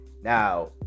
now